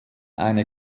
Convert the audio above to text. eine